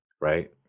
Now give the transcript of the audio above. right